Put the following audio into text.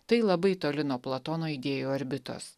tai labai toli nuo platono idėjų orbitos